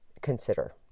consider